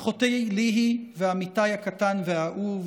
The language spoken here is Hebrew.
אחותי ליהיא ואמיתי הקטן והאהוב,